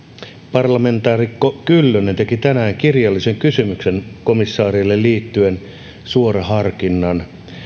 parlamentaarikko kyllönen teki tänään kirjallisen kysymyksen komissaarille liittyen suoraharkinnasta